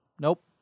nope